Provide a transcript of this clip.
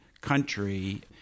country